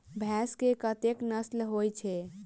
भैंस केँ कतेक नस्ल होइ छै?